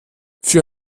für